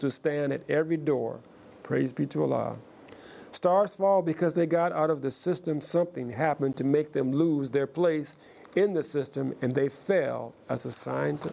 to stand it every door praise be to allah stars fall because they got out of the system something happened to make them lose their place in the system and they failed as a s